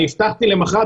אני הבטחתי למחר,